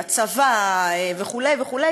הצבא וכו' וכו'.